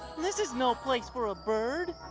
this is no place for a but